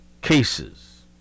cases